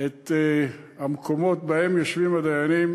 את המקומות שבהם יושבים הדיינים,